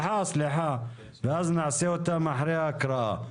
נעשה אותן אחרי ההקראה.